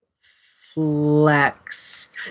flex